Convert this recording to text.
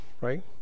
right